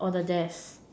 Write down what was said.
on the desk